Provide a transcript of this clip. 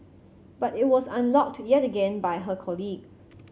but it was unlocked yet again by her colleague